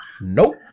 nope